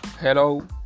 Hello